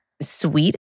sweet